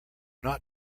not